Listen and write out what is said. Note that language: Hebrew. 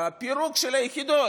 הפירוק של היחידות,